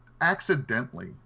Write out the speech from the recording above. accidentally